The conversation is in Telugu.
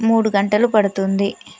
మూడు గంటలు పడుతుంది